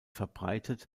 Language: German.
verbreitet